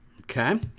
Okay